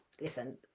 listen